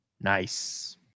Nice